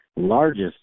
Largest